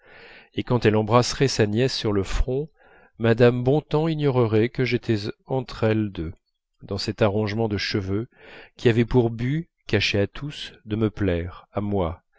et quand elle embrasserait sa nièce sur le front mme bontemps ignorerait que j'étais entre elles deux dans cet arrangement de cheveux qui avait pour but caché à tous de me plaire à moi